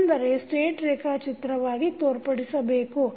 ಅಂದರೆ ಸ್ಟೇಟ್ ರೇಖಾಚಿತ್ರವಾಗಿ ತೋರ್ಪಡಿಸಬೇಕು